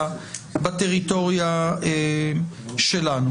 בטריטוריה שלנו.